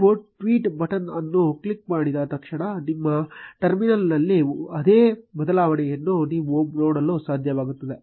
ನೀವು tweet button ಅನ್ನು click ಮಾಡಿದ ತಕ್ಷಣ ನಿಮ್ಮ ಟರ್ಮಿನಲ್ನಲ್ಲಿ ಅದೇ ಬದಲಾವಣೆಯನ್ನು ನೀವು ನೋಡಲು ಸಾಧ್ಯವಾಗುತ್ತದೆ